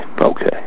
okay